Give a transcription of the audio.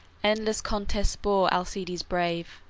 endless contests bore alcides brave,